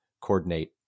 coordinate